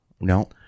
No